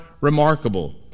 remarkable